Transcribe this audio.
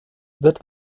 wird